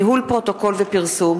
ניהול פרוטוקול ופרסום),